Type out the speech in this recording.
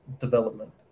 development